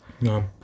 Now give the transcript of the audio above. No